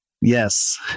Yes